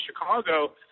Chicago